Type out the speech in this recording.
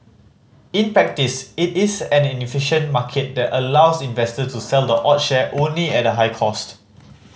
in practice it is an inefficient market that allows investors to sell the odd share only at a high cost